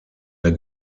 der